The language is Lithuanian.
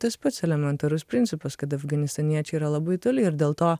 tas pats elementarus principas kad afganistaniečiai yra labai toli ir dėl to